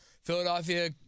Philadelphia